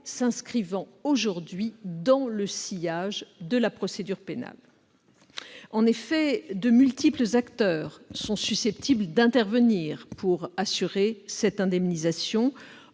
s'inscrivant aujourd'hui dans le sillage de la procédure pénale. En effet, de multiples acteurs sont susceptibles d'intervenir pour assurer cette indemnisation